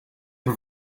had